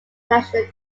national